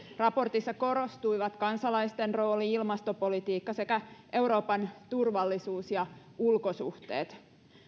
raportissa korostuivat kansalaisten rooli ilmastopolitiikka sekä euroopan turvallisuus ja ulkosuhteet